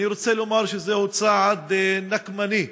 אני רוצה לומר שזהו צעד נקמני,